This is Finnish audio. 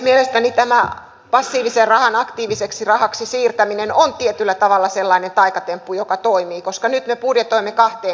mielestäni tämä passiivisen rahan aktiiviseksi rahaksi siirtäminen on tietyllä tavalla sellainen taikatemppu joka toimii koska nyt me budjetoimme kahteen kohtaan